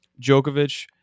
Djokovic